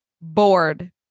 Bored